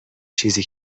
چیزی